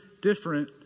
different